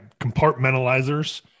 compartmentalizers